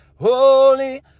holy